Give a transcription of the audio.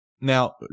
now